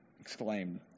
exclaimed